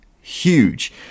huge